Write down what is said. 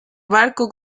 barco